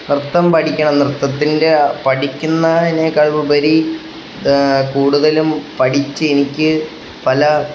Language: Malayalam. നൃത്തം പഠിക്കണം നൃത്തത്തിൻ്റെ പഠിക്കുന്നതിനേക്കാളുപരി കൂടുതലും പഠിച്ച് എനിക്ക് പല